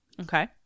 Okay